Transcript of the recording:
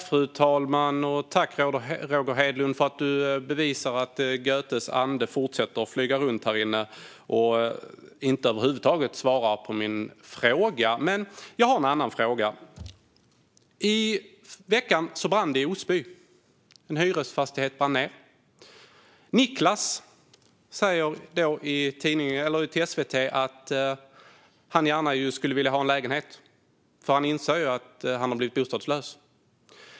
Fru talman! Tack för att du bevisar att Goethes ande fortsätter att flyga runt här inne, Roger Hedlund. Du svarar över huvud taget inte på min fråga. Jag har dock en annan fråga. I veckan brann det i Osby - en hyresfastighet brann ned. Nicklas säger till SVT att han gärna skulle vilja ha en lägenhet, för han inser ju att han har blivit bostadslös.